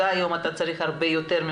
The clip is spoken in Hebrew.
אני מבינה שאתה צריך הרבה יותר עובדים